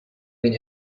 been